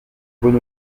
bon